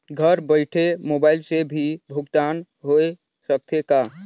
घर बइठे मोबाईल से भी भुगतान होय सकथे का?